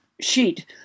sheet